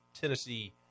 Tennessee